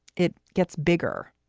it gets bigger.